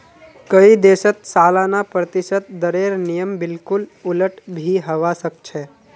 कई देशत सालाना प्रतिशत दरेर नियम बिल्कुल उलट भी हवा सक छे